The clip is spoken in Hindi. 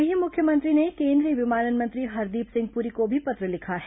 वहीं मुख्यमंत्री ने केंद्रीय विमानन मंत्री हरदीप सिंह पुरी को भी पत्र लिखा है